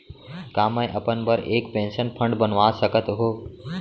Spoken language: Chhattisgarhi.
का मैं अपन बर एक पेंशन फण्ड बनवा सकत हो?